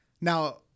Now